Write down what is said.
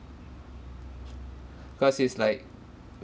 cause his like